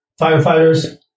firefighters